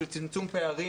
של צמצום פערים,